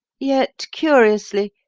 yet, curiously,